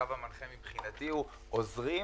הקו המנחה מבחינתי הוא עוזרים,